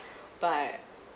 but